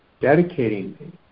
dedicating